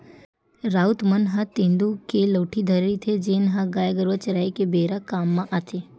राउत मन ह तेंदू के लउठी धरे रहिथे, जेन ह गाय गरुवा चराए के बेरा काम म आथे